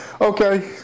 Okay